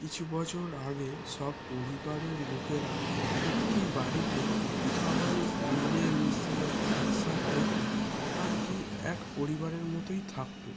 কিছু বছর আগে সব পরিবারের লোকেরা একটি বাড়িতেই সবাই মিলে মিশে একসাথে আর কি এক পরিবারের মতই থাকতো